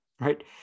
right